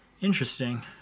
Interesting